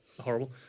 horrible